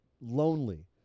lonely